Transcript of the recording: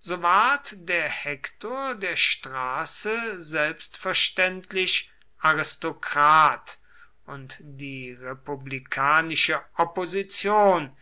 so ward der hektor der straße selbstverständlich aristokrat und die republikanische opposition